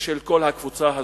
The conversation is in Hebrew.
ושל כל הקבוצה הזאת.